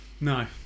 No